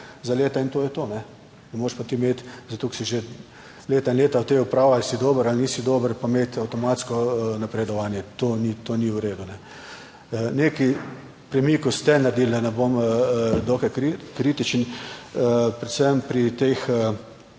za leta in to je to. Ne moreš pa ti imeti zato, ker si že leta in leta v tej upravi ali si dober ali nisi dober pa imeti avtomatsko napredovanje. To ni v redu. Nekaj premikov ste naredili, da ne bom dokaj kritičen, predvsem pri teh